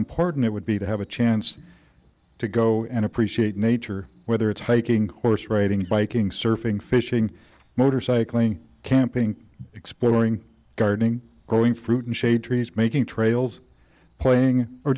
important it would be to have a chance to go and appreciate nature whether it's hiking horse riding biking surfing fishing motorcycling camping exploring gardening growing fruit and shade trees making trails playing or